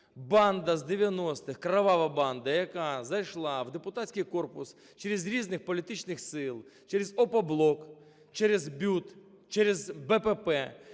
Банда з 90-х, кривава банда, яка зайшла в депутатський корпус через різні політичні сили, через Опоблок, через БЮТ, через БПП,